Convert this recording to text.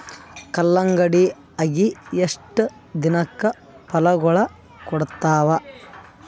ಕಲ್ಲಂಗಡಿ ಅಗಿ ಎಷ್ಟ ದಿನಕ ಫಲಾಗೋಳ ಕೊಡತಾವ?